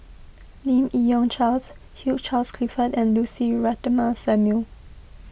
Lim Yi Yong Charles Hugh Charles Clifford and Lucy Ratnammah Samuel